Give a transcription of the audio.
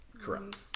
Correct